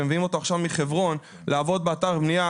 שמביאים אותו מחברון לעבוד באתר בנייה,